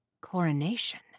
coronation